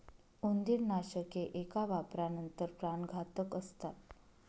उंदीरनाशके एका वापरानंतर प्राणघातक असतात